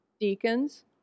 deacons